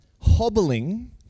hobbling